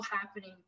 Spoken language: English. happening